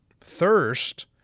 Thirst